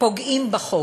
פוגעים בחוק.